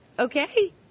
Okay